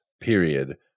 period